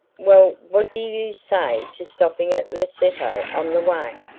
well, what do you say to stopping at lecceto on the way?